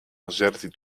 azerty